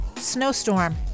snowstorm